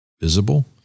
visible